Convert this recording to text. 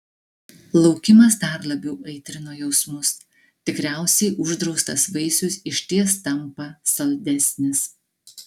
laukimas dar labiau aitrino jausmus tikriausiai uždraustas vaisius išties tampa saldesnis